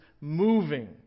moving